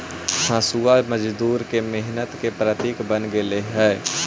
हँसुआ मजदूर के मेहनत के प्रतीक बन गेले हई